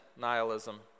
nihilism